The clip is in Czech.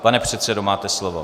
Pane předsedo, máte slovo.